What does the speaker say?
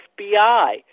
FBI